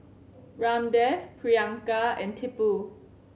Ramdev Priyanka and Tipu